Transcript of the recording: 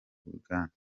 uganda